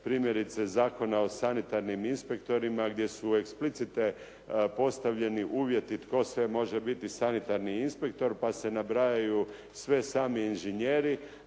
primjerice Zakona o sanitarnim inspektorima gdje su eksplicite postavljeni uvjeti tko sve može biti sanitarni inspektor pa se nabrajaju sve sami inžinjeri